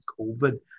COVID